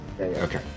Okay